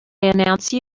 announce